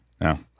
No